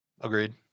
Agreed